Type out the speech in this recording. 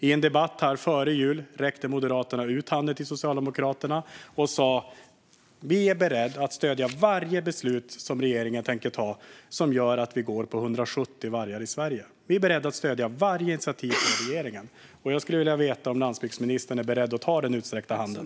I en debatt före jul räckte Moderaterna ut handen till Socialdemokraterna och sa: Vi är beredda att stödja varje beslut som regeringen tänker ta och som gör att vi går på 170 vargar i Sverige. Vi är beredda att stödja varje initiativ från regeringen. Jag skulle vilja veta om landsbygdsministern är beredd att ta den utsträckta handen.